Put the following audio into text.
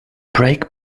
brake